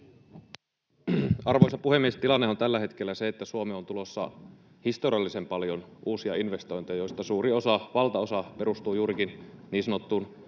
Arvoisa puhemies! Tilannehan on tällä hetkellä se, että Suomeen on tulossa historiallisen paljon uusia investointeja, joista valtaosa perustuu juurikin niin sanottuun